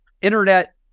internet